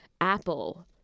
apple